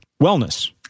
Wellness